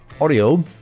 audio